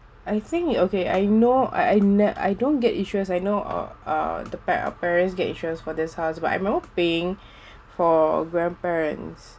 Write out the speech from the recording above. I think it okay I know I I ne~ I don't get insurance I know uh uh the pa~ parents get insurance for this house but I'm all paying for grandparents